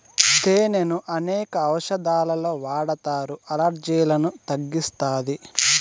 తేనెను అనేక ఔషదాలలో వాడతారు, అలర్జీలను తగ్గిస్తాది